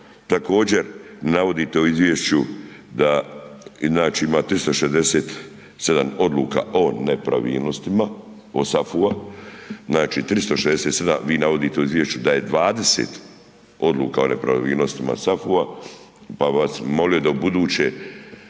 Također, navodite u izvješću da, znači, ima 367 odluka o nepravilnostima o SAFU-a, znači 367, vi navodite u izvješću da je 20 odluka o nepravilnostima SAFU-a, pa bi vas molio da ubuduće